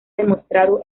demostrado